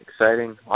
exciting